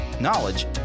knowledge